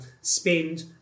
spend